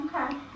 Okay